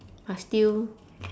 but still